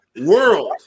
world